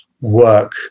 work